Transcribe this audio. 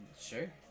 Sure